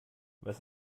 was